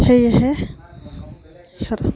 সেয়েহে